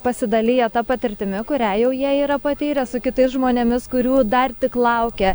pasidalija ta patirtimi kurią jau jie yra patyrę su kitais žmonėmis kurių dar tik laukia